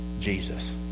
Jesus